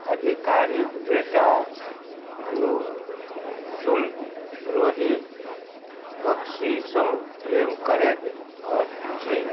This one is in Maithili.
अधिकारीके बेटा अनु शुल रोहित बख्शीसँ प्रेम करैत अछि